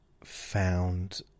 found